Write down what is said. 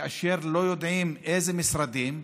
כאשר לא יודעים אילו משרדים,